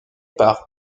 par